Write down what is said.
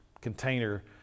container